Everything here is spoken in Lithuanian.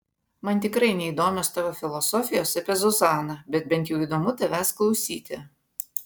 man tikrai neįdomios tavo filosofijos apie zuzaną bet bent jau įdomu tavęs klausyti